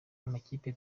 amakipe